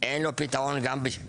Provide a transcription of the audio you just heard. אין לו פתרון גם בשבילי.